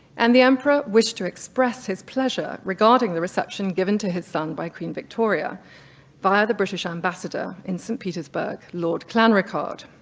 and the emperor wished to express his pleasure regarding the reception given to his son by queen victoria via the british ambassador in saint petersburg, lord clanricarde.